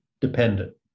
dependent